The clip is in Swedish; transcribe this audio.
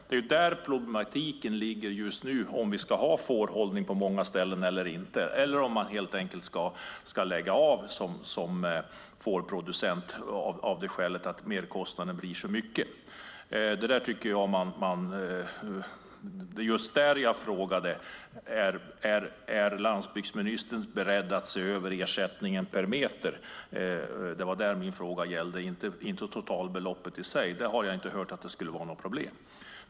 Det är där problematiken ligger just nu: om vi ska ha fårhållning på många ställen eller inte, eller om man helt enkelt ska lägga av som fårproducent av den anledningen att merkostnaden blir så stor. Jag frågade om landsbygdsministern är beredd att se över ersättningen per meter. Det var det min fråga gällde, inte totalbeloppet i sig; jag har inte hört att det skulle vara något problem.